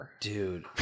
Dude